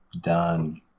Done